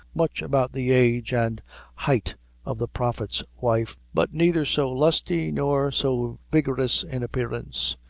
much about the age and height of the prophet's wife, but neither so lusty nor so vigorous in appearance,